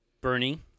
Bernie